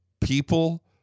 People